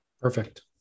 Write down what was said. perfect